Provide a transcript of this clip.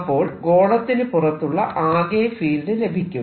അപ്പോൾ ഗോളത്തിനു പുറത്തുള്ള ആകെ ഫീൽഡ് ലഭിക്കും